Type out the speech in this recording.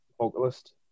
vocalist